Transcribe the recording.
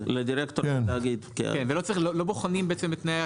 ולא בוחנים את תנאי-